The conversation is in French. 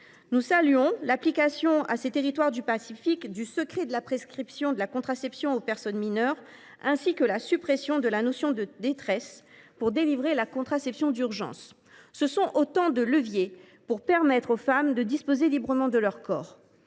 Nous saluons l’application à ces territoires du Pacifique du secret de la prescription de la contraception aux personnes mineures, ainsi que la suppression de la notion de détresse pour délivrer la contraception d’urgence. Ces dispositions sont autant de leviers permettant aux femmes de disposer librement de leur corps.